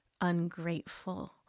ungrateful